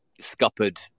scuppered